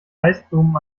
eisblumen